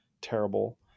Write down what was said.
terrible